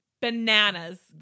bananas